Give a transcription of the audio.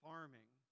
farming